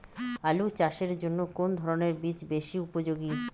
আলু চাষের জন্য কোন ধরণের বীজ বেশি উপযোগী?